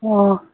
ꯑꯣ